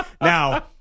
Now